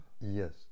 yes